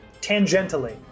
tangentially